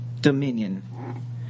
dominion